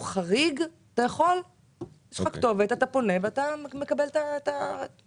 בכל דבר שהוא חריג אתה פונה ומקבל את ההחרגה.